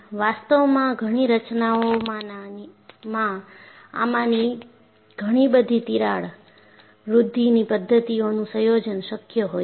વાસ્તવમાં ઘણી રચનાઓમાં આમાંની ઘણીબધી તિરાડ વૃદ્ધિની પદ્ધતિઓનું સંયોજન શક્ય હોય છે